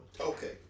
Okay